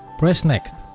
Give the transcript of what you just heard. press next